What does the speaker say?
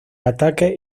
ataques